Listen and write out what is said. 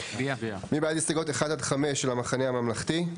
מי בעד הסתייגויות 1-5 של המחנה הממלכתי?